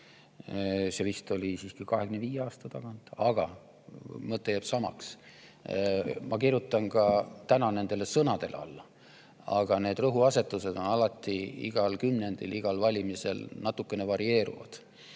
oli vist siiski 25 aasta tagune, aga mõte jääb samaks. Ma kirjutan ka täna nendele sõnadele alla, kuid rõhuasetused on igal kümnendil ja igadel valimistel natuke varieeruvad.